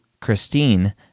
Christine